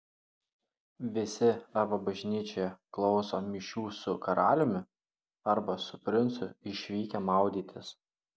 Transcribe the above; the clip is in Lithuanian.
visi arba bažnyčioje klauso mišių su karaliumi arba su princu išvykę maudytis